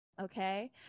Okay